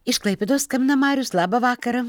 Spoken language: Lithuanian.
iš klaipėdos skambina marius labą vakarą